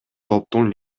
топтун